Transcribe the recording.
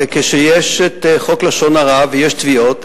כשיש חוק לשון הרע ויש תביעות,